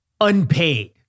unpaid